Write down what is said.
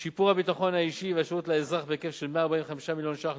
4. שיפור הביטחון האישי והשירות לאזרח בהיקף כ-145 מיליון ש"ח,